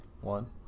One